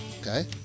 Okay